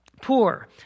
poor